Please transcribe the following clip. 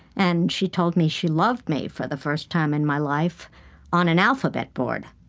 and she told me she loved me for the first time in my life on an alphabet board.